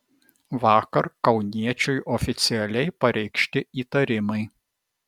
vakar kauniečiui oficialiai pareikšti įtarimai